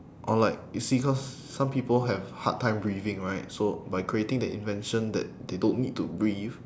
or like you see cause some people have hard time breathing right so by creating the invention that they don't need to breathe